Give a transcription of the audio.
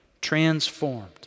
transformed